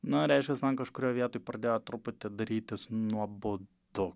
nu reiškias man kažkurioj vietoj pradėjo truputį darytis nuobodu